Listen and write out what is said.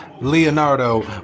Leonardo